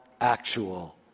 actual